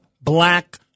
black